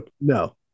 No